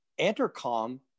Entercom